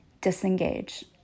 disengage